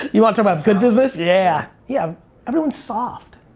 you wanna talk about good business, yeah yeah. everyone's soft.